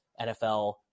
NFL